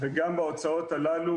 וגם בהוצאות הללו,